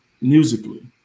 musically